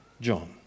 John